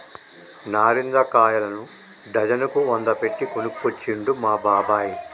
నారింజ కాయలను డజన్ కు వంద పెట్టి కొనుకొచ్చిండు మా బాబాయ్